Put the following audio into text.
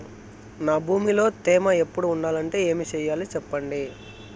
నా భూమిలో తేమ ఎప్పుడు ఉండాలంటే ఏమి సెయ్యాలి చెప్పండి?